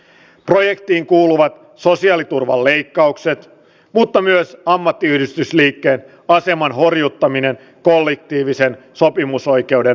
projektiin kuuluvat sosiaaliturvaleikkaukset mutta myös ammattiyhdistysliike aseman horjuttaminen koulii tiivisen sopimusoikeuden